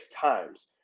times